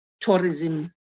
tourism